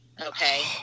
Okay